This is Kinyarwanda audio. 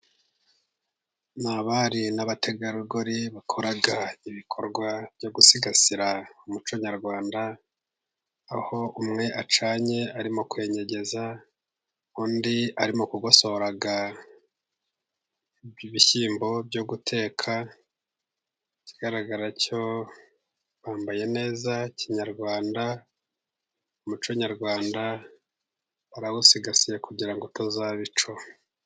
Ni abari n'abategarugori bakora ibikorwa byo gusigasira umuco nyarwanda, aho umwe acanye arimo kwenyegeza undi arimo kugosora ibishyimbo byo guteka, ikigaragara cyo bambaye neza kinyarwanda, umuco nyarwanda barawusigasiye kugira ngo utazaba ico.